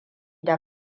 da